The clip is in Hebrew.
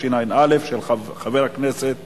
התשע"א 2011, של חבר הכנסת